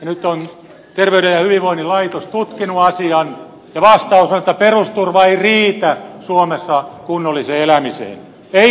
nyt on terveyden ja hyvinvoinnin laitos tutkinut asian ja vastaus on että perusturva ei riitä suomessa kunnolliseen elämiseen ei riitä